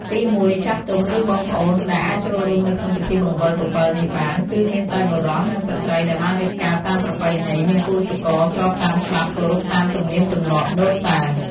ទីមួយ ចាស់ទុំ ឬបងប្អូន ដែលអាចចូលរួមនៅក្នុងពិធីបង្វិលពពិលនេះបាន គឺមានតែបុរស និងស្រី្តដែលបានរៀបការតាមប្រពៃណីមានគូស្រករស្របតាមច្បាប់គោរពតាមទំនៀមទម្លាប់ដូនតា ។